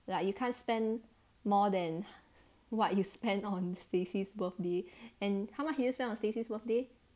like you can't spend more than what you spend on stacy's birthday and how much did you spend on stacy birthday